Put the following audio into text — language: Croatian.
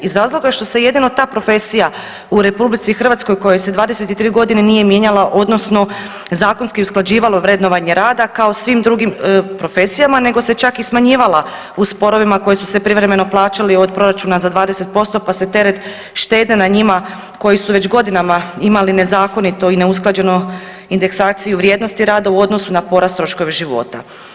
Iz razloga što se jedino ta profesija u RH kojoj se 23 godine nije mijenjala odnosno zakonski usklađivalo vrednovanje rada kao i svim drugim profesijama nego se čak i smanjivala u sporovima koji su se privremeno plaćali od proračuna za 20% pa se teret štednje na njima koji su već godinama imali nezakonito i neusklađenu indeksaciju vrijednosti rada u odnosu na porast troškova života.